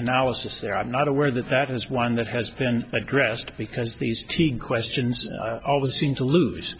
analysis there i'm not aware that that is one that has been addressed because these teague questions always seem to lose